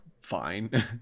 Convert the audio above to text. fine